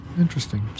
Interesting